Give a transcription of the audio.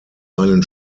einen